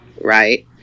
right